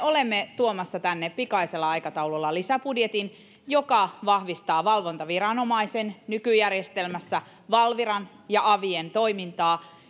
olemme tuomassa tänne pikaisella aikataululla lisäbudjetin joka vahvistaa valvontaviranomaisen nykyjärjestelmässä valviran ja avien toimintaa